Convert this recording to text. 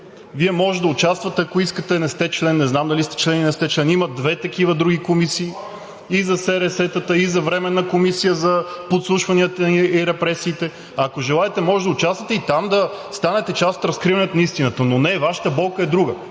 Вие може да участвате, ако искате, не сте член, не знам дали сте член, или не сте член. Има две такива други комисии – и за СРС-тата, и Временна комисия за подслушванията и репресиите, ако желаете може да участвате и там да станете част от разкриването на истината, но не, Вашата болка е друга.